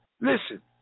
Listen